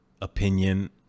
opinion